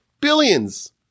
Billions